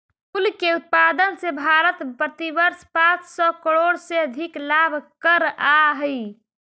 फूल के उत्पादन से भारत प्रतिवर्ष पाँच सौ करोड़ से अधिक लाभ करअ हई